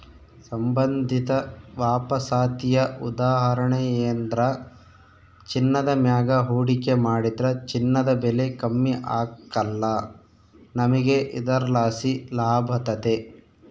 ಸಂಬಂಧಿತ ವಾಪಸಾತಿಯ ಉದಾಹರಣೆಯೆಂದ್ರ ಚಿನ್ನದ ಮ್ಯಾಗ ಹೂಡಿಕೆ ಮಾಡಿದ್ರ ಚಿನ್ನದ ಬೆಲೆ ಕಮ್ಮಿ ಆಗ್ಕಲ್ಲ, ನಮಿಗೆ ಇದರ್ಲಾಸಿ ಲಾಭತತೆ